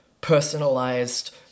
personalized